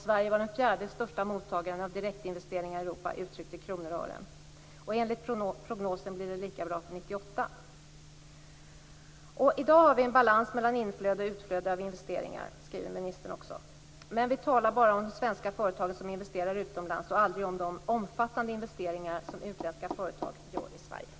Sverige var den fjärde största mottagaren av direktinvesteringar i Europa uttryckt i kronor och ören. Enligt prognosen blir det lika bra för I dag har vi en balans mellan inflöde och utflöde av investeringar, skriver ministern. Men vi talar bara om de svenska företag som investerar utomlands och aldrig om de omfattande investeringar som utländska företag gör i Sverige.